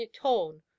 torn